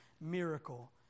miracle